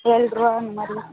ஏழ்ருவா அந்தமாதிரி